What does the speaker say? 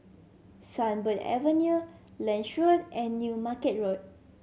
Sunbird Avenue Lange Road and New Market Road